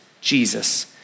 Jesus